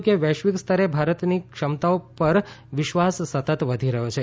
તેમણે કહ્યું કે વૈશ્વિક સ્તરે ભારતની ક્ષમતાઓ પર વિશ્વાસ સતત વધી રહ્યો છે